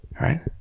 right